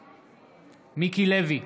בעד מיקי לוי,